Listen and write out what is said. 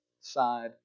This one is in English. side